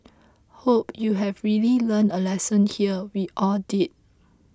hope you've really learned a lesson here we all did